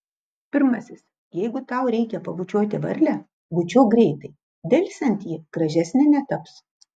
pirmasis jeigu tau reikia pabučiuoti varlę bučiuok greitai delsiant ji gražesnė netaps